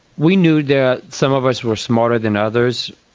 we knew that some of us were smarter than others.